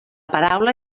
paraula